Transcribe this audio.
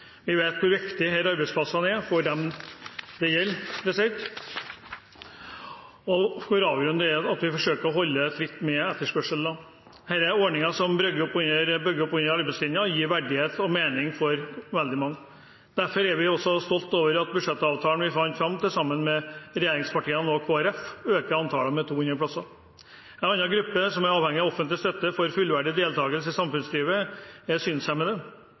Vi vet hvor viktig disse arbeidsplassene er for dem det gjelder, og hvor avgjørende det er at vi forsøker å holde tritt med etterspørselen. Dette er en ordning som bygger opp under arbeidslinja og gir verdighet og mening for veldig mange. Derfor er vi også stolt over at budsjettavtalen vi fant fram til sammen med regjeringspartiene og Kristelig Folkeparti, øker antallet med 200 plasser. En annen gruppe som er avhengig av offentlig støtte for fullverdig deltakelse i samfunnslivet, er synshemmede.